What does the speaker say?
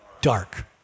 dark